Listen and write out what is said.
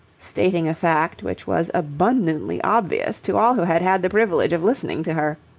stating a fact which was abundantly obvious to all who had had the privilege of listening to her.